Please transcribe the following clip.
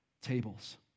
tables